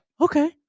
Okay